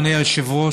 אדוני היושב-ראש,